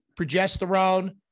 progesterone